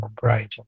brighter